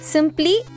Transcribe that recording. Simply